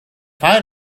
find